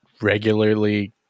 regularly